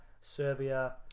Serbia